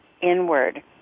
inward